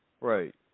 Right